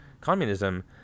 communism